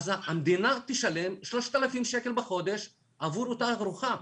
המדינה תשלם 3,000 שקל בחודש עבור אותה ארוחה,